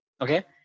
Okay